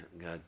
god